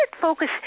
focus